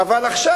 אבל עכשיו,